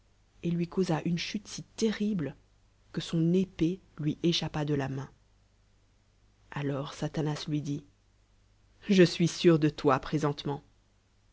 et luicausanne chule si terrible que sou épée lui échappa de la main alors satan lui dit je suis sûr de toi présentement